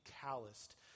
calloused